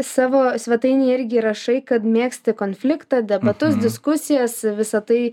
savo svetainėj irgi rašai kad mėgsti konfliktą debatus diskusijas visą tai